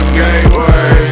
gateway